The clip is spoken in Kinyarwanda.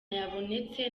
yabonetse